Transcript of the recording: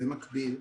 במקביל,